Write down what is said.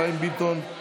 חיים ביטון,